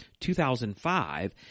2005